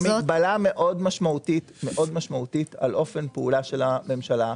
זו מגבלה מאוד משמעותית על אופן פעולתה של הממשלה.